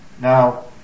Now